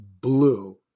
blue